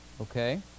okay